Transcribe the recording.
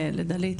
לדלית,